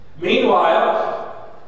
Meanwhile